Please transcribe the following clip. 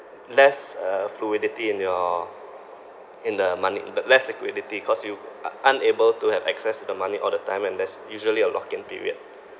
less uh fluidity in your in the money le~ less liquidity cause you are unable to have access to the money all the time and there's usually a lock in period